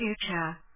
future